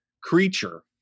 creature